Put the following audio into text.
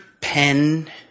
pen